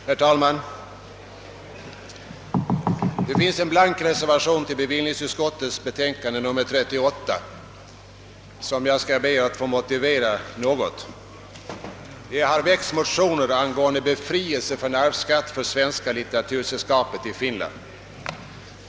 Herr talman! Till bevillningsutskottets betänkande nr 38 har fogats en blank reservation, som jag ber att få motivera. Det har väckts motioner angående befrielse från arvsskatt för Svenska litteratursällskapet i Finland.